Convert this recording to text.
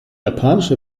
japanische